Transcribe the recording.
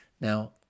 Now